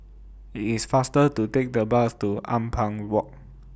IT IS faster to Take The Bus to Ampang Walk